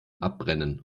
abbrennen